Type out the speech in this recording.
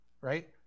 Right